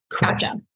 Gotcha